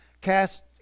Cast